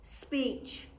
speech